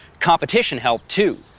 competition helped, too.